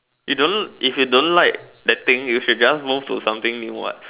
you don't if you don't like that thing you should just move to something new what